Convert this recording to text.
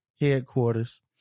headquarters